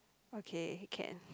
okay can